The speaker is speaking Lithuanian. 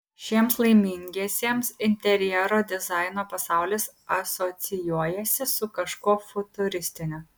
šiems laimingiesiems interjero dizaino pasaulis asocijuojasi su kažkuo futuristiniu